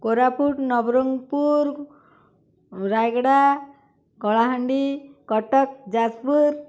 Koraput Nabarangpur Rayagada Kalahandi Cuttack Jajpur